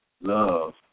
love